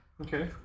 Okay